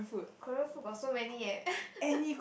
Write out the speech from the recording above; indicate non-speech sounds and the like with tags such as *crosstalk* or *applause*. Korean food got so many leh *laughs*